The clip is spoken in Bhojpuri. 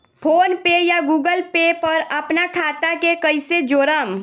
फोनपे या गूगलपे पर अपना खाता के कईसे जोड़म?